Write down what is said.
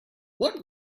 what